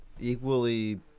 equally